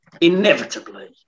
inevitably